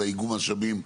על האיגום משאבים,